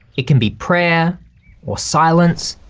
it can be prayer or silence.